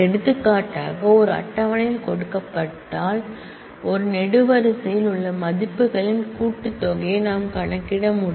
எடுத்துக்காட்டாக ஒரு டேபிள் யில் கொடுக்கப்பட்டால் ஒரு காலம்ன் யில் உள்ள மதிப்புகளின் கூட்டுத்தொகையை நாம் கணக்கிட முடியும்